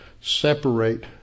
separate